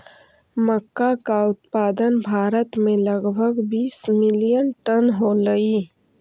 मक्का का उत्पादन भारत में लगभग बीस मिलियन टन होलई